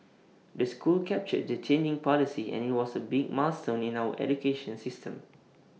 the school captured the changing policy and IT was A big milestone in our education system